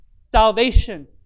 salvation